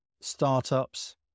startups